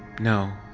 no.